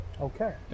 Okay